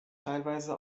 teilweise